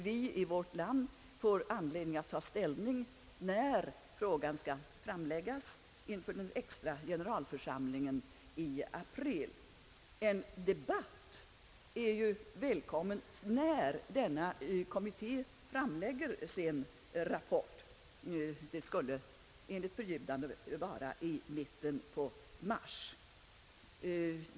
Vi i vårt land får anledning att ta ställning till frågan när kommitterapporten framläggs inför den extra generalförsamlingen i april. En debatt är ju välkommen, redan när kommittén framlagt sin rapport, vilket enligt förljudande skulle ske i mitten på mars.